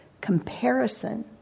comparison